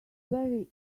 bury